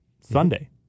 Sunday